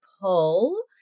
pull